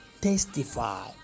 testify